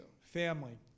Family